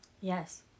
Yes